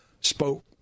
spoke